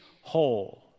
whole